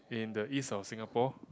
in the east of Singapore